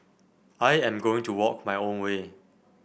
I am going to walk my own way